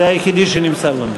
זה היחיד שנמסר לנו.